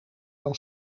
dan